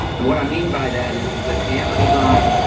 and what i mean by that is that amazon